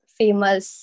famous